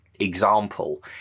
Example